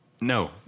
no